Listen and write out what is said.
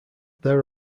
there